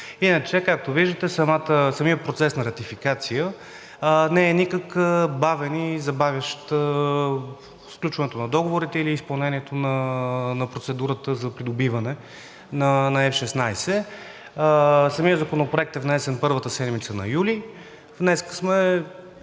Иначе, както виждате, самият процес на ратификация не е никак бавен и забавящ сключването на договорите или изпълнението на процедурата за придобиване на F-16. Самият законопроект е внесен първата седмица на юли.